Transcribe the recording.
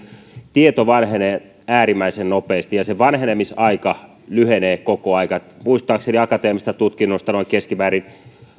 tieto vanhenee äärimmäisen nopeasti ja se vanhenemisaika lyhenee koko ajan muistaakseni akateemisesta tutkinnosta keskimäärin noin